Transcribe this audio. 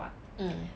mm